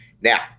now